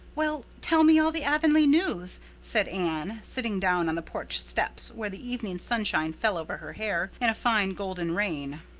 well, tell me all the avonlea news, said anne, sitting down on the porch steps, where the evening sunshine fell over her hair in a fine golden rain.